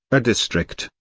a district,